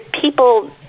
people